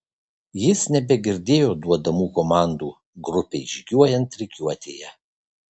jis nebegirdėjo duodamų komandų grupei žygiuojant rikiuotėje